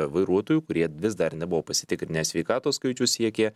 vairuotojų kurie vis dar nebuvo pasitikrinę sveikatos skaičius siekė